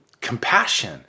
Compassion